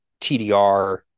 TDR